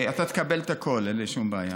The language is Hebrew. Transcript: אתה תקבל את הכול, אין לי שום בעיה.